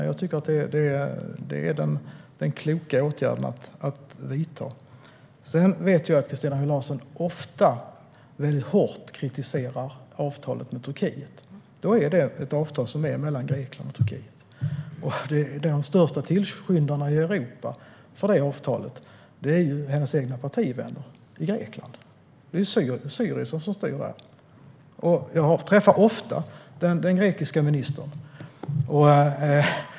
Jag tycker det är den kloka åtgärden att vidta. Jag vet att Christina Höj Larsen ofta hårt kritiserar avtalet med Turkiet. Det är ett avtal mellan Grekland och Turkiet. Den största tillskyndaren i Europa för det avtalet är hennes egna partivänner i Grekland. Syriza styr där. Jag träffar ofta den grekiska ministern.